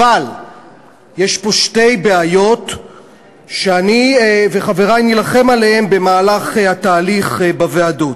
אבל יש פה שתי בעיות שאני וחברי נילחם עליהן במהלך התהליך בוועדות.